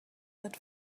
that